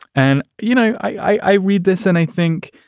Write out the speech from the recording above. and, you know, i read this and i think.